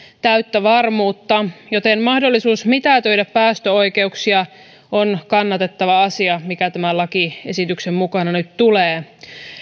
täyttä varmuutta joten mahdollisuus mitätöidä päästöoikeuksia on kannatettava asia mikä tämän lakiesityksen mukana nyt tulee